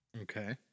Okay